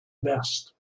vest